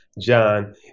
John